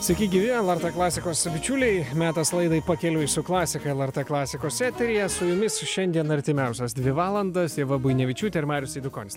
sveiki gyvi lrt klasikos bičiuliai metas laidai pakeliui su klasika lrt klasikos eteryje su jumis šiandien artimiausias dvi valandas ieva buinevičiūtė ir marius eidukonis